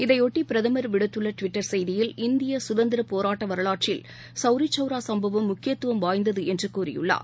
இதையொட்டிபிரதமர் விடுத்துள்ளடுவிட்டர் செய்தியில் இந்தியசுதந்திரப் போராட்டவரவாற்றில் சௌரிசௌவ்ராசம்பவம் முக்கியத்துவம் வாய்ந்ததுஎன்றுகூறியுள்ளார்